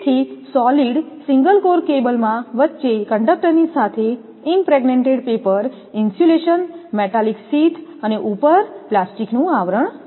તેથી solid single core કેબલમાં વચ્ચે કન્ડકટર ની સાથે impregnated paper insulation metallic sheath અને ઉપર પ્લાસ્ટિક નું આવરણ છે